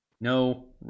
no